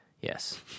Yes